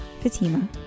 Fatima